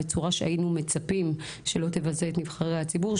בצורה שהיינו מצפים שלא תבזה את נבחרי הציבור,